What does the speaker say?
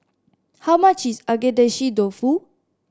how much is Agedashi Dofu